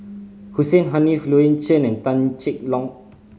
Hussein Haniff Louis Chen and Tan Cheng Lock